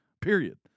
period